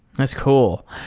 that's cool.